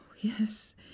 Yes